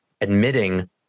admitting